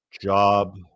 job